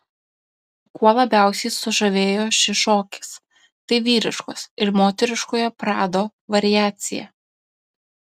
kuo labiausiai sužavėjo šis šokis tai vyriškos ir moteriškojo prado variacija